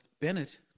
Bennett